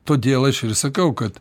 todėl aš sakau kad